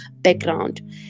background